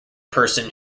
person